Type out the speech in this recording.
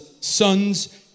sons